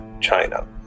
China